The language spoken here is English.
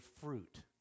fruit